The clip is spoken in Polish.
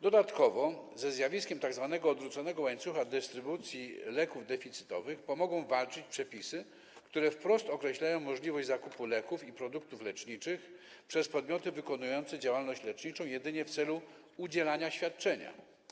Dodatkowo ze zjawiskiem tzw. odwróconego łańcucha dystrybucji leków deficytowych pomogą walczyć przepisy, które wprost określają możliwość zakupu leków i produktów leczniczych przez podmioty wykonujące działalność leczniczą jedynie w celu udzielania świadczenia.